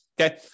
Okay